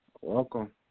Welcome